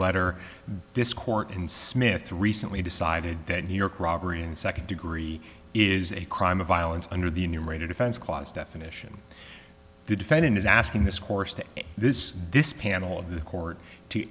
letter this court in smith recently decided that new york robbery and second degree it is a crime of violence under the enumerated offense clause definition the defendant is asking this course to this this panel of the court to